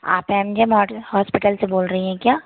आप M J model hospital से बोल रही हैं क्या